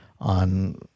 On